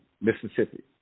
Mississippi